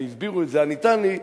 והסבירו את זה: עניתני,